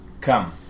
come